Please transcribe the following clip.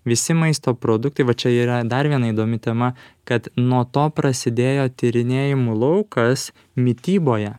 visi maisto produktai va čia yra dar viena įdomi tema kad nuo to prasidėjo tyrinėjimų laukas mityboje